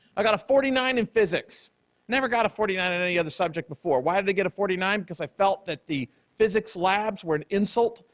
i got a forty nine in physics. i never got a forty nine in any other subject before, why did i get a forty nine? because i felt that the physics labs were an insult,